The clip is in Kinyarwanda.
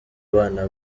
abana